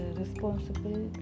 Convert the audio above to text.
responsible